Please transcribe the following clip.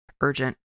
urgent